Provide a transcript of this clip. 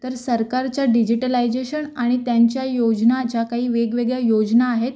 तर सरकारच्या डिजिटलायजेशन आणि त्यांच्या योजना ज्या काही वेगवेगळ्या योजना आहेत